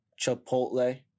Chipotle